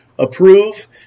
approve